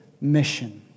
mission